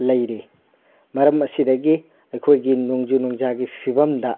ꯂꯩꯔꯤ ꯃꯔꯝ ꯑꯁꯤꯗꯒꯤ ꯑꯩꯈꯣꯏꯒꯤ ꯅꯣꯡꯖꯨ ꯅꯨꯡꯁꯥꯒꯤ ꯐꯤꯕꯝꯗ